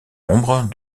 ombre